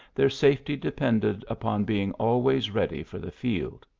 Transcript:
their safety depended upon being always ready for the field.